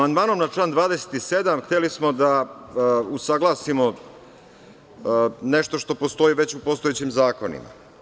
Amandmanom na član 27. hteli smo da usaglasimo nešto što postoji već u postojećim zakonima.